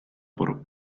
por